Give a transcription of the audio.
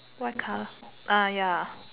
white colour ya